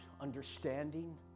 understanding